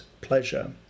pleasure